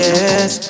Yes